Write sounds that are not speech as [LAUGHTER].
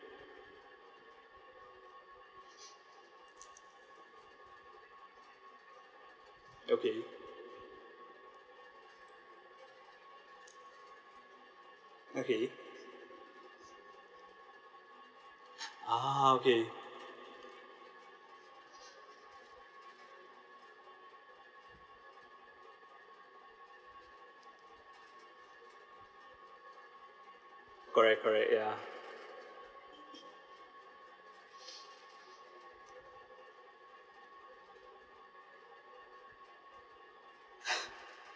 okay okay ah okay correct correct ya [NOISE] [LAUGHS]